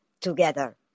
together